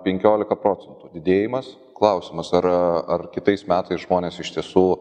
penkiolika procentų didėjimas klausimas ar ar kitais metais žmonės iš tiesų